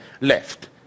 left